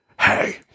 Hey